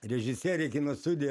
režisieriai kino studija